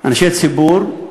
אנשי ציבור,